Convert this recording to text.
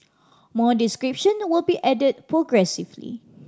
more description will be added progressively